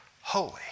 holy